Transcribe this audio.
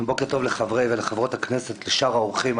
בוקר טוב לחברי ולחברות הכנסת, לשאר האורחים.